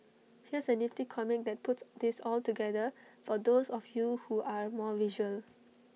here's A nifty comic that puts this all together for those of you who are more visual